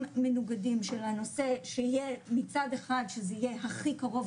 מנוגדים של הנושא שיהיה מצד אחד שזה יהיה הכי קרוב